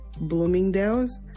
Bloomingdale's